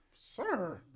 sir